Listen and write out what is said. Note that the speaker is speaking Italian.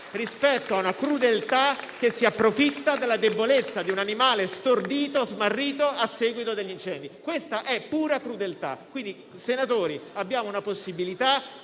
rispetto a una crudeltà che si approfitta della debolezza di un animale stordito e smarrito a seguito dell'incendio. È pura crudeltà. Senatori, abbiamo la possibilità,